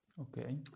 Okay